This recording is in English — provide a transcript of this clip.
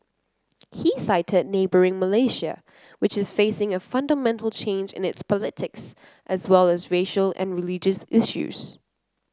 he cited neighbouring Malaysia which is facing a fundamental change in its politics as well as racial and religious issues